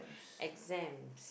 exams